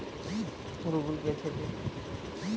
কেবিলের রিচার্জের বিল কি পে করা যাবে?